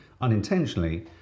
unintentionally